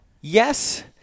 yes